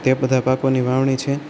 તે બધાં પાકોની વાવણી છે